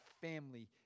family